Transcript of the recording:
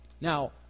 Now